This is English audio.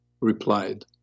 replied